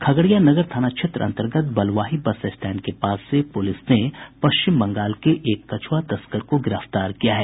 खगड़िया नगर थाना क्षेत्र अंतर्गत बलुआही बस स्टैंड के पास से पुलिस ने पश्चिम बंगाल के एक कुछआ तस्कर को गिरफ्तार किया है